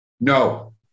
No